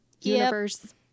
universe